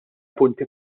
punti